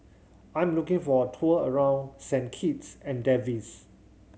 I'm looking for a tour around Saint Kitts and